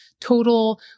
total